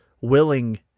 willing